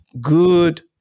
good